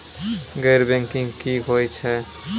गैर बैंकिंग की होय छै?